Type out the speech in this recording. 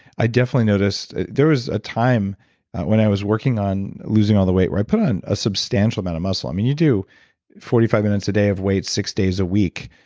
i definitely noticed there was a time when i was working on losing all the weight, where i put on a substantial amount of muscle. i mean you do forty five minutes a day of weights, six days a week,